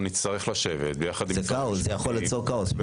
נצטרך לשבת ביחד עם משרד המשפטים ולראות